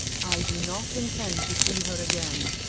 i do not intend to see her again,